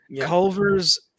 Culver's